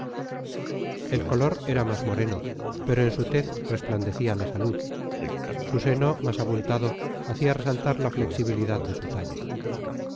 el color era más moreno pero en su tez resplandecía la salud su seno más abultado hacía resaltar la flexibilidad de su talle